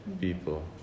people